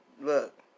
look